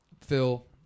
Phil